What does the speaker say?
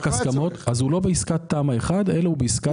--- אז הוא לא בעסקת תמ"א 1 אלא בעסקת קומבינציה.